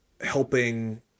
helping